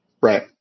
Right